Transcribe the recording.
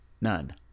None